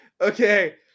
Okay